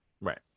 Right